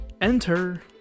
Enter